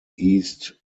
east